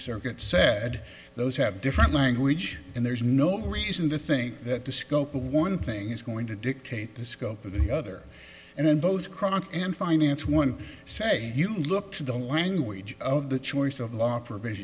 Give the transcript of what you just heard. circuit said those have different language and there's no reason to think that the scope of one thing is going to dictate the scope of the other and then both chronic and finance one say you look to the language of the choice of law for